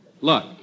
Look